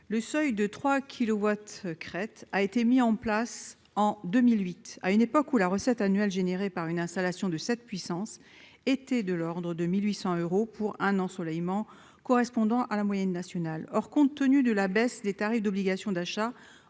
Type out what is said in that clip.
le seuil de 3 kilowatts crête, a été mis en place en 2008 à une époque où la recette annuelle générées par une installation de cette puissance était de l'ordre de 1800 euros pour un ensoleillement correspondant à la moyenne nationale, or compte tenu de la baisse des tarifs d'obligation d'achat